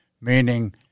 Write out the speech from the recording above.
meaning